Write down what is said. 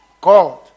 God